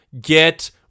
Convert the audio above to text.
get